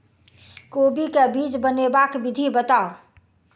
कोबी केँ बीज बनेबाक विधि बताऊ?